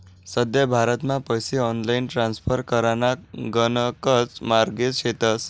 सध्या भारतमा पैसा ऑनलाईन ट्रान्स्फर कराना गणकच मार्गे शेतस